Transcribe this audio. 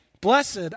Blessed